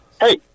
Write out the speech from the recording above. hey